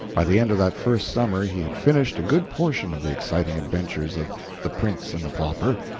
by the end of that first summer he had finished a good portion of the exciting adventures of the prince and the pauper,